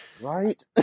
Right